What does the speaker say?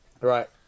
Right